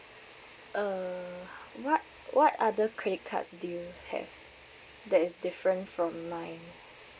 uh what what other credit cards do you have that is different from mine